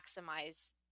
maximize